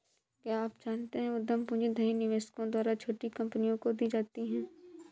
क्या आप जानते है उद्यम पूंजी धनी निवेशकों द्वारा छोटी कंपनियों को दी जाती है?